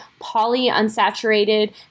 polyunsaturated